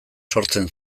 sortzen